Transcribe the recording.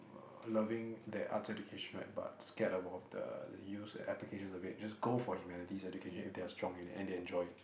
uh loving that arts education right but scared of of the use and applications of it just go for humanities education if they are strong in it and they enjoy it